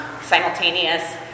simultaneous